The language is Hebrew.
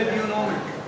להעביר את